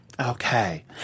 Okay